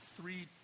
three